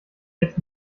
jetzt